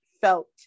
felt